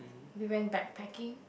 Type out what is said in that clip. you went backpacking